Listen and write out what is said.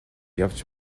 явж